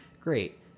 Great